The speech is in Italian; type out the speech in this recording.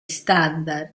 standard